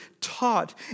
taught